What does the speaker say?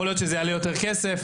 יכול להיות שזה יעלה יותר כסף.